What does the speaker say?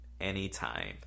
anytime